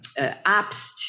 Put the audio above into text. apps